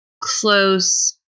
close